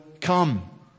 come